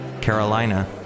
Carolina